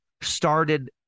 started